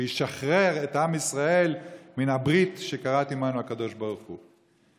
וישחרר את עם ישראל מן הברית שכרת עימנו הקדוש ברוך הוא.